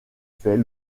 fait